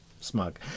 smug